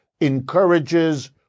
encourages